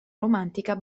romantica